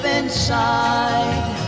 inside